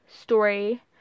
story